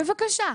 בבקשה.